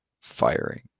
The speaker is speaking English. firing